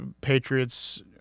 Patriots